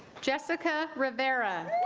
jessica rivera